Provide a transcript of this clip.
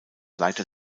leiter